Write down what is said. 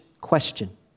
question